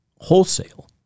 wholesale